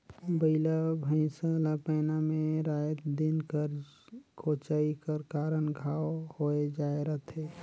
बइला भइसा ला पैना मे राएत दिन कर कोचई कर कारन घांव होए जाए रहथे